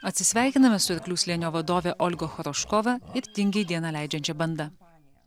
atsisveikiname su arklių slėnio vadove olga choroškova ir tingiai dieną leidžiančia banda